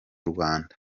rwanda